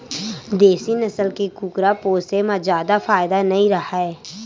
देसी नसल के कुकरा पोसे म जादा फायदा नइ राहय